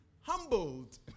humbled